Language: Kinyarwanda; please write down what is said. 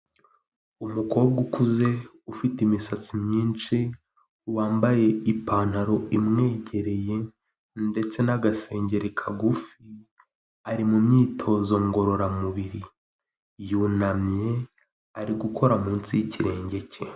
Umukobwa ukuze ufite imisatsi myinshi wambaye ipantaro imwegereye ndetse n'agasengeri kagufi ari mu myitozo ngororamubiri, yunamye ari gukora munsi y'ikirenge cye.